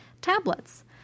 tablets